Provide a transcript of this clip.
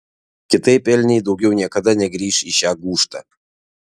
kitaip elniai daugiau niekada negrįš į šią gūžtą